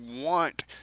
want